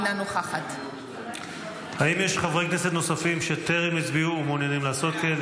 אינה נוכחת האם יש חברי כנסת נוספים שטרם הצביעו ומעוניינים לעשות כן?